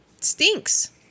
stinks